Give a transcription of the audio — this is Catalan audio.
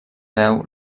veu